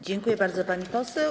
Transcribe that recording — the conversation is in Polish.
Dziękuję bardzo, pani poseł.